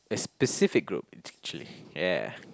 a specific group actually yeah